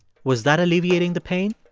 was that alleviating the pain?